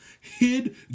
hid